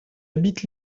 habite